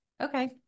okay